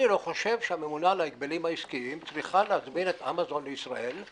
אני לא חושב שהממונה על ההגבלים העסקיים צריכה להזמין את אמזון לישראל,